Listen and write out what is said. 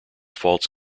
false